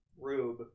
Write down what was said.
Rube